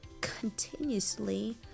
continuously